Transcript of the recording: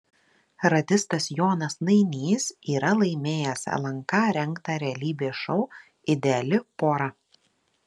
radistas jonas nainys yra laimėjęs lnk rengtą realybės šou ideali pora